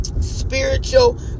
spiritual